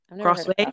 crossway